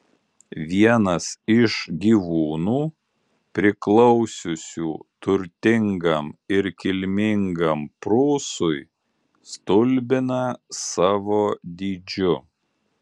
vienas iš gyvūnų priklausiusių turtingam ir kilmingam prūsui stulbina savo dydžiu